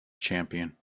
champion